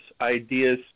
ideas –